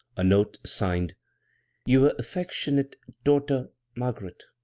a note signed yuer effeckshunate dorter margaret